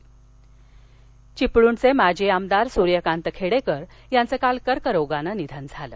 रत्नागिरी चिपळणचे माजी आमदार सुर्यकांत खेडेकर यांचं काल कर्करोगानं निधन झालं